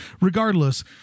regardless